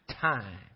time